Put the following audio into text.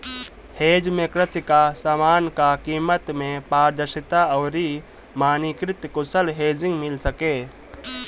hedge में कृषि कअ समान कअ कीमत में पारदर्शिता अउरी मानकीकृत कुशल हेजिंग मिल सके